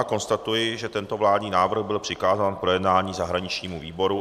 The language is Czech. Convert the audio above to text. Konstatuji, že tento vládní návrh byl přikázán k projednání zahraničnímu výboru.